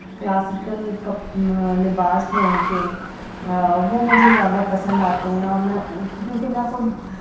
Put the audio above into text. classical کپ لباس تھے ان کے وہ مجھے زیادہ پسند آتے ہیں اور میں کیونکہ میں خود